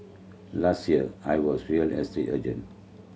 last year I was real estate agent